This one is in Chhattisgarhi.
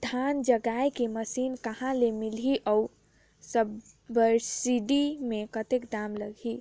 धान जगाय के मशीन कहा ले मिलही अउ सब्सिडी मे कतेक दाम लगही?